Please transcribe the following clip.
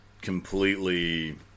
completely